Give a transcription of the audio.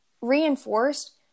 reinforced